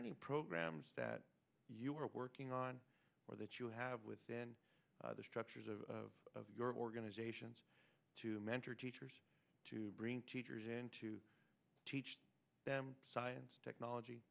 any programs that you are working on or that you have with then the structures of your organizations to mentor teachers to bring teachers in to teach them science technology